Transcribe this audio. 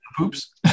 oops